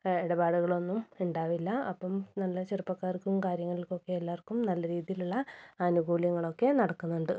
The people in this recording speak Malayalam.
ഇടപാടുകളൊന്നും ഉണ്ടാകില്ല അപ്പം നല്ല ചെറുപ്പക്കാർക്കും കാര്യങ്ങൾക്കൊക്കെ എല്ലാവർക്കും നല്ല രീതിയിലുള്ള ആനുകൂല്യങ്ങളൊക്കെ നടക്കുന്നുണ്ട്